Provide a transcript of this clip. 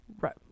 right